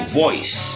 voice